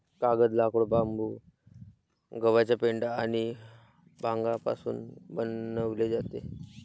कागद, लाकूड, बांबू, गव्हाचा पेंढा आणि भांगापासून बनवले जातो